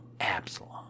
Absalom